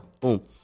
boom